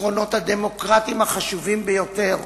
העקרונות הדמוקרטיים החשובים ביותר.